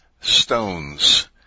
Stones